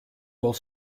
while